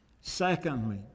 Secondly